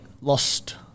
Lost